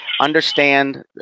understand